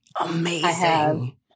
Amazing